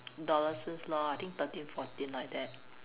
adolescence lor I think thirteen fourteen like that